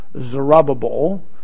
Zerubbabel